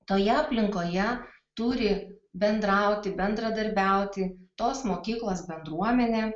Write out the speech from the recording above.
toje aplinkoje turi bendrauti bendradarbiauti tos mokyklos bendruomenė